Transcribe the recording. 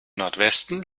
nordwesten